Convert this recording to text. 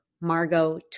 Margot